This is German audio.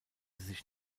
sich